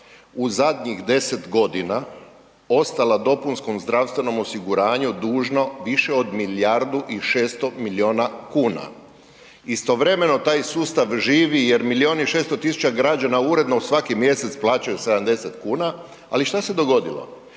u zadnjih 10 g. ostala dopunskom zdravstvenom osiguranju dužna više od milijardu i 600 milijuna kuna. Istovremeno taj sustav živi jer milijun i 600 000 građana uredno svaki mjesec plaćaju 70 kn ali što se dogodilo?